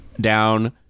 down